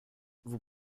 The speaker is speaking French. vous